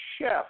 chef